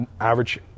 Average